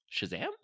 Shazam